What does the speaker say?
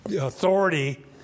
authority